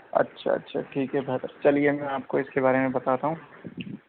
اچھا اچھا ٹھیک ہے بہتر چلیے میں آپ کو اس کے بارے میں بتاتا ہوں